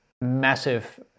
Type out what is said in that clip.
massive